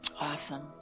Awesome